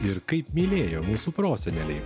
ir kaip mylėjo mūsų proseneliai